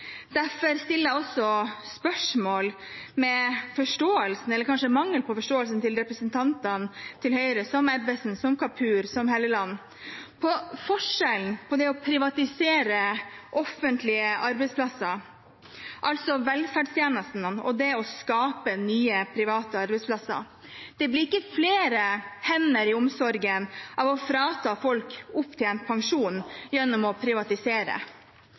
Derfor stiller jeg også spørsmål ved forståelsen – eller kanskje mangelen på forståelsen – til representantene fra Høyre, som Ebbesen, som Kapur, som Helleland, av forskjellen på det å privatisere offentlige arbeidsplasser, altså velferdstjenestene, og det å skape nye private arbeidsplasser. Det blir ikke flere hender i omsorgen av å frata folk opptjent pensjon gjennom å privatisere.